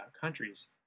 countries